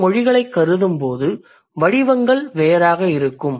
மற்ற மொழிகளைக் கருதும்போது வடிவங்கள் வேறாக இருக்கும்